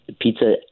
pizza